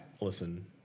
Listen